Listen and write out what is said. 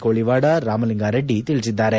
ಕೋಳಿವಾಡ ರಾಮಲಿಂಗರೆಡ್ಡಿ ತಿಳಿಸಿದ್ದಾರೆ